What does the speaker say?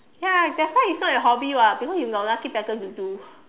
ya that's why is not your hobby [what] because you got nothing better to do